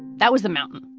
that was the mountain,